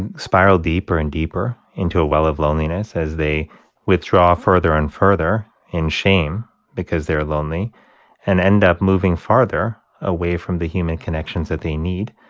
and spiral deeper and deeper into a well of loneliness as they withdraw further and further in shame because they're lonely and end up moving farther away from the human connections that they need.